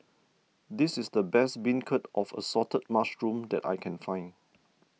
this is the best Beancurd of Assorted Mushrooms that I can find